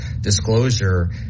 disclosure